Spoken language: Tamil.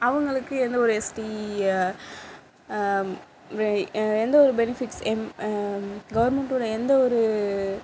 அவர்களுக்கு எந்த ஒரு எஸ்டி எந்த ஒரு பெனிஃபிட்ஸும் கவர்மெண்ட்டோட எந்த ஒரு